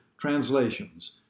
translations